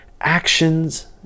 actions